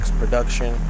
production